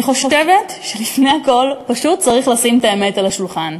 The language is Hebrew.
אני חושבת שלפני הכול פשוט צריך לשים את האמת על השולחן: